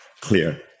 clear